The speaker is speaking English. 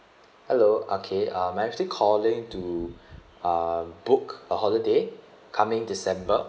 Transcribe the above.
hello okay I'm actually calling to um book a holiday coming december